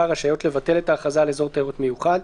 רשאיות לבטל את ההכרזה על אזור תיירות מיוחד.